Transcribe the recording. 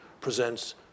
presents